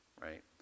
right